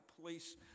police